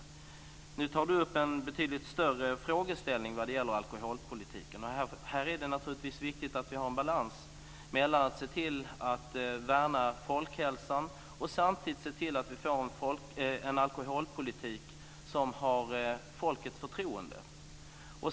Nu tar Kenneth Johansson upp en betydligt större frågeställning vad gäller alkoholpolitiken. Här är det naturligtvis viktigt att vi har en balans mellan att se till att värna folkhälsan och samtidigt se till att få en alkoholpolitik som har folkets förtroende.